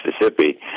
Mississippi